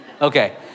Okay